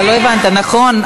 אתה לא הבנת נכון.